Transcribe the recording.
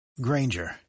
Granger